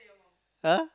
!huh!